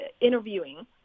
interviewing